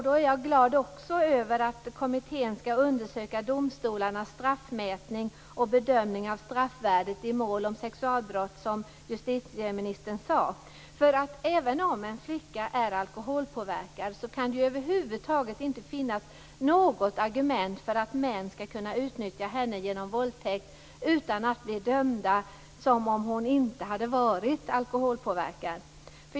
Då är jag också glad över att kommittén skall undersöka domstolarnas straffmätning och bedömning av straffvärdet i mål om sexualbrott, som justitieministern sade. Även om en flicka är alkoholpåverkad kan det över huvud taget inte finnas något argument för att män skall kunna utnyttja henne genom våldtäkt utan att bli dömda som om hon inte hade varit alkoholpåverkad.